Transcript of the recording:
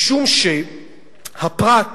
משום שהפרט,